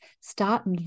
start